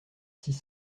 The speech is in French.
six